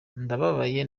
ndababaye